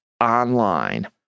online